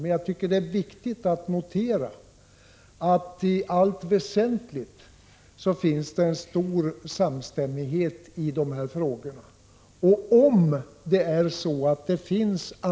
Jag tycker emellertid att det är viktigt att notera att det i allt väsentligt finns en stor samstämmighet kring dessa frågor.